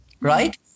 right